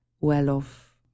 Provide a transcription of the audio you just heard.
well-off